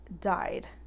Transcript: died